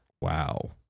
Wow